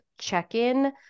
check-in